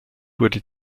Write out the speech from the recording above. wurde